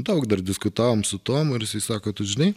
daug dar diskutavom su tomu ir jisai sako tu žinai